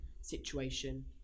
situation